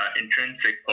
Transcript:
intrinsic